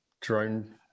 drone